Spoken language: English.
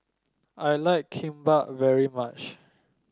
I like Kimbap very much